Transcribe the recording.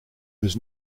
was